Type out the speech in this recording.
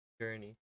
journey